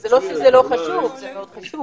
זה לא שזה לא חשוב אבל זה לא קשור.